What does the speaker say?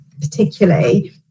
particularly